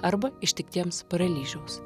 arba ištiktiems paralyžiaus